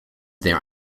there